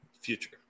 future